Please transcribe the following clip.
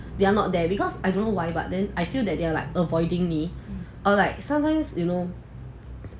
they are not there because I don't know why but then I feel that they are like avoiding me or like sometimes you know